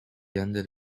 under